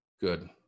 Good